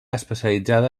especialitzada